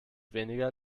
weniger